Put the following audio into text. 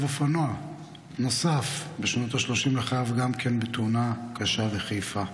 אופנוע נוסף בשנות השלושים לחייו גם כן בתאונה קשה בחיפה.